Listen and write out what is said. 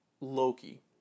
Loki